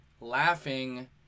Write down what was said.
laughing